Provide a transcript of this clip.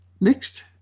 Next